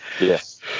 Yes